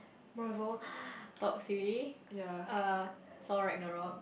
Marvel top three uh Thor Ragnarok